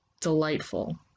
delightful